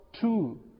two